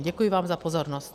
Děkuji vám za pozornost.